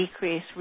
decrease